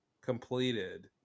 completed